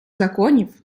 законів